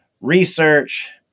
research